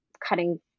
cutting